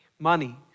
money